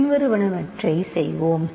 எனவே பின்வருவனவற்றைச் செய்வோம்